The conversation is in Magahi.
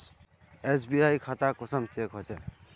एस.बी.आई खाता कुंसम चेक होचे?